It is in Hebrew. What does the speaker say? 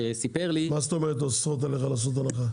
מה זאת אומרת אוסרות עליך לעשות הנחה?